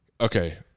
okay